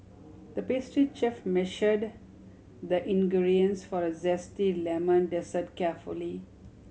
the pastry chef measured the ingredients for a zesty lemon dessert carefully